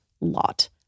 lot